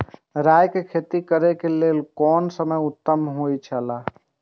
राय के खेती करे के लेल कोन समय उत्तम हुए छला?